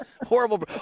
Horrible